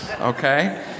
okay